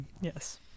Yes